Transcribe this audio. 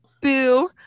Boo